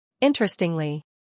Interestingly